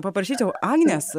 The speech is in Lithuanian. paprašyčiau agnės